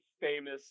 famous